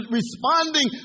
responding